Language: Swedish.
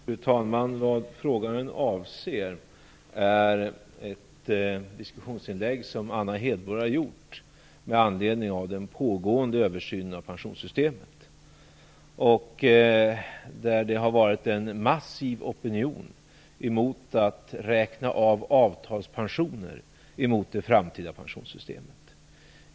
Fru talman! Vad frågaren avser är ett diskussionsinlägg som Anna Hedborg har gjort med anledning av den pågående översynen av pensionssystemet. Det har varit en massiv opinion emot att räkna av avtalpensioner emot det framtida pensionssystemet.